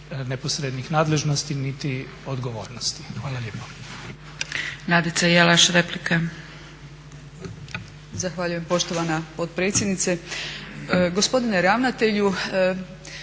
neposrednih nadležnosti, niti odgovornosti. Hvala lijepo.